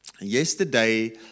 yesterday